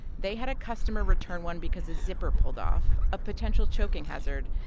they had a customer return one because a zipper pulled off, a potential choking hazard.